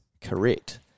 correct